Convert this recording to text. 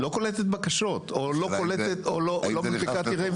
לא קולטת בקשות או לא מנפיקה היתרים.